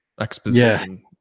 exposition